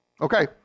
Okay